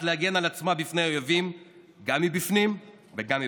להגן על עצמה מפני אויבים גם מבפנים וגם מבחוץ.